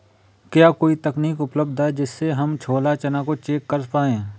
क्या कोई तकनीक उपलब्ध है जिससे हम छोला चना को चेक कर पाए?